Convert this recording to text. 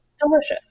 Delicious